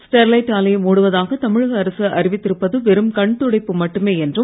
Sterlite ஆலையை மூடுவதாக தமிழக அரக அறிவித்திருப்பது வெறும் கண்துடைப்பு மட்டுமே என்றும்